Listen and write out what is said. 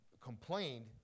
complained